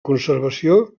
conservació